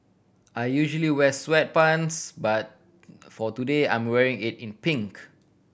I usually wear sweatpants but for today I'm wearing it in pink